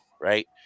right